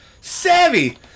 Savvy